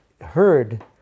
heard